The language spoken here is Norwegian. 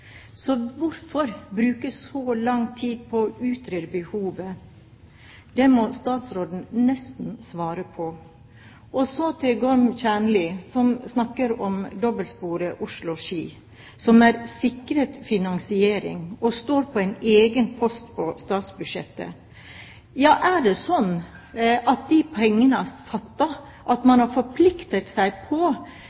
Så hvorfor bruke så lang tid på å utrede behovet? Det må statsråden nesten svare på. Så til Gorm Kjernli, som snakket om dobbeltsporet Oslo–Ski, som er sikret finansiering og står på en egen post på statsbudsjettet. Er det slik at de pengene er satt av, at